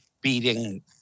beating